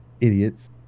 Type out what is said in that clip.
Idiots